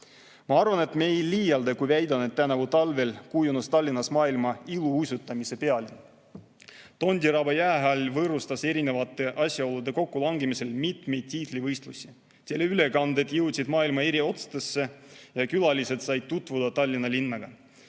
Ma arvan, et ma ei liialda, kui väidan, et tänavu talvel kujunes Tallinnast maailma iluuisutamise pealinn. Tondiraba Jäähall võõrustas erinevate asjaolude kokkulangemisel mitmeid tiitlivõistlusi. Teleülekanded jõudsid maailma eri otstesse ja külalised said tutvuda Tallinna linnaga.Me